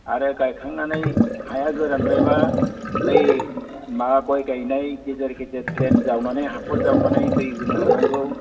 आरो गायखांनानै हाया गोरानद्रायब्ला बे मा गय गायनाय गेजेर गेजेर ड्रेन जावनानै हाखर जावनानै दै होनो हानांगौ